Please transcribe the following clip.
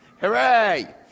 Hooray